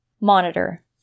Monitor